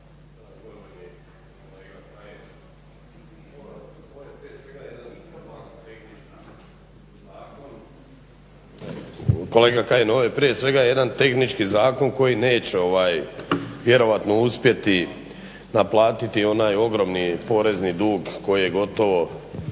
Kolega Kajin ovo je prije svega jedan tehnički zakon koji neće vjerojatno uspjeti naplatiti onaj ogromni porezni dug koji je gotovo